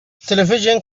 television